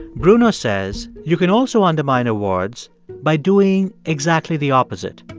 bruno says you can also undermine awards by doing exactly the opposite.